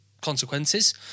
consequences